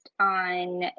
on